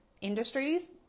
industries